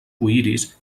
kuiris